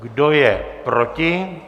Kdo je proti?